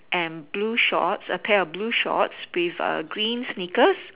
and blue shorts a pair of blue shorts with a green sneakers